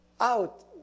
out